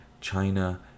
china